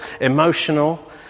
emotional